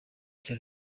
cya